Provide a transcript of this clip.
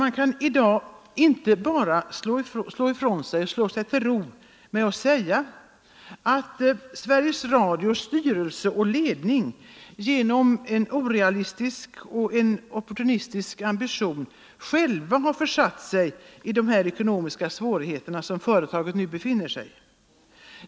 Man kan i dag inte bara slå sig till ro med att säga att Sveriges Radios styrelse och ledning genom en orealistisk och opportunistisk ambition själva har orsakat de ekonomiska svårigheter som företaget nu befinner sig i.